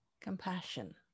compassion